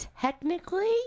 technically